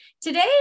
Today